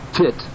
fit